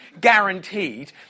guaranteed